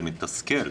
זה מתסכל,